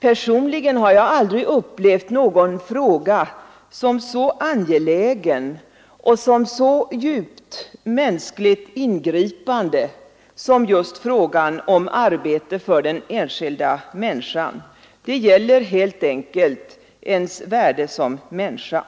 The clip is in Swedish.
Personligen har jag aldrig upplevt en fråga som är så angelägen och så djupt mänskligt ingripande som just frågan om arbete för den enskilda människan. Det gäller helt enkelt ens värde som människa.